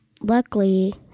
luckily